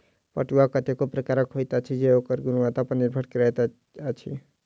पटुआ कतेको प्रकारक होइत अछि जे ओकर गुणवत्ता पर निर्भर करैत अछि